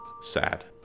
Sad